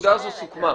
הנקודה הזאת סוכמה.